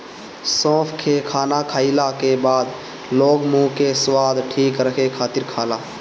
सौंफ के खाना खाईला के बाद लोग मुंह के स्वाद ठीक रखे खातिर खाला